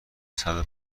صدو